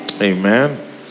Amen